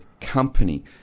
company